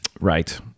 Right